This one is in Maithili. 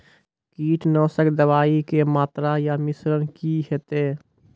कीटनासक दवाई के मात्रा या मिश्रण की हेते?